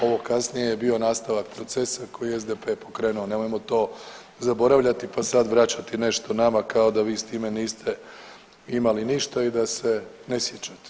Ovo kasnije je bio nastavak procesa koji je SDP pokrenuo, nemojmo to zaboravljati pa sad vraćati nešto nama kao da vi s time niste imali ništa i da se ne sjećate.